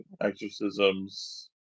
Exorcisms